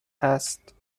هست